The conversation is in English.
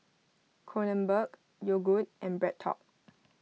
Kronenbourg Yogood and BreadTalk